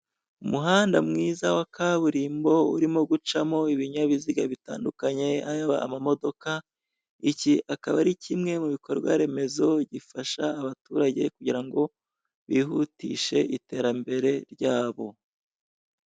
Umuhanda mwiza wa kaburimbo urimo gucamo ibinyabiziga bitandukanye yaba amamodoka iki akaba ari kimwe mubikorwa remezo gifasha abaturage kugira ngo bihutishe iterambere ryabo.